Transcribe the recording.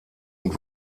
und